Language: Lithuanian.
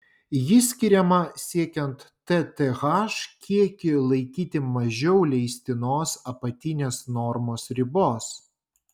ji skiriama siekiant tth kiekį laikyti mažiau leistinos apatinės normos ribos